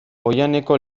oihaneko